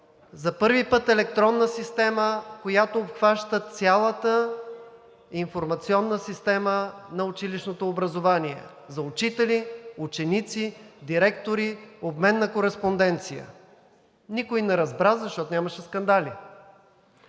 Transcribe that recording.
за първи път електронна система, която обхваща цялата информационна система на училищното образование – за учители, ученици, директори, обмен на кореспонденция. Никой не разбра, защото нямаше скандали.